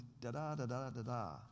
da-da-da-da-da-da